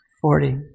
Forty